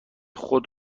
خود